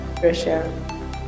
Russia